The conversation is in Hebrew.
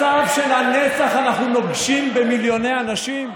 מצב שלנצח אנחנו נוגשים במיליוני אנשים,